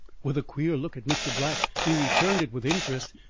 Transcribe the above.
with a queer look at mr. black, who returned it with interest,